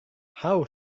how